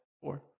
four